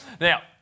Now